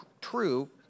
true